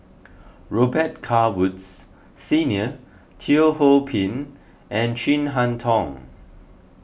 Robet Carr Woods Senior Teo Ho Pin and Chin Harn Tong